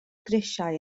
grisiau